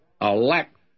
elect